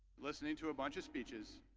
listening to a bunch of speeches,